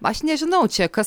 aš nežinau čia kas